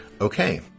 Okay